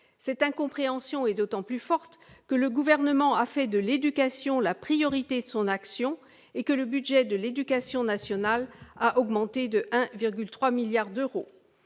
Cette incompréhension est d'autant plus forte que le Gouvernement a fait de l'éducation la priorité de son action et que le budget de l'éducation nationale a augmenté de 1,3 milliard d'euros.